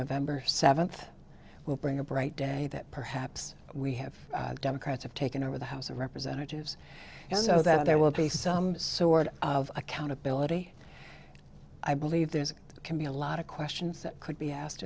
november seventh will bring a bright day that perhaps we have democrats have taken over the house of representatives and so that there will be some sort of accountability i believe there is can be a lot of questions that could be asked